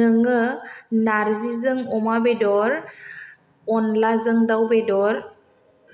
नोङो नार्जिजों अमा बेदर अन्लाजों दाउ बेदर